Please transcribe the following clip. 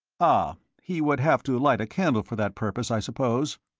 ah. he would have to light a candle for that purpose, i suppose?